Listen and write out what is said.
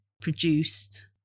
produced